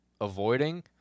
avoiding